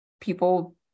people